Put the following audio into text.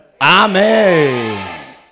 Amen